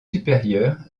supérieures